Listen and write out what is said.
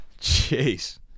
Jeez